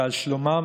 שעל שלומם,